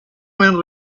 buen